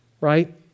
right